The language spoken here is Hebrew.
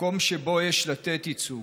במקום שבו יש תת-ייצוג,